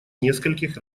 нескольких